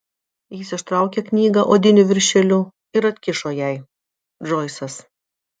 jis ištraukė knygą odiniu viršeliu ir atkišo jai džoisas